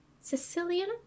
Sicilian